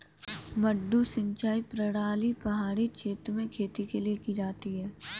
मडडू सिंचाई प्रणाली पहाड़ी क्षेत्र में खेती के लिए की जाती है